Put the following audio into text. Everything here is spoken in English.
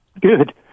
Good